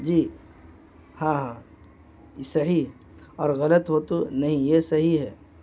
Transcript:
جی ہاں ہاں صحیح اور غلط ہو تو نہیں یہ صحیح ہے